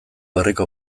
herriko